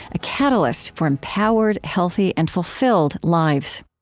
a catalyst for empowered, healthy, and fulfilled lives